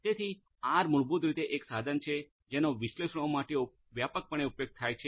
તેથી આર મૂળભૂત રીતે એક સાધન છે જેનો વિશ્લેષણો માટે વ્યાપકપણે ઉપયોગ થાય છે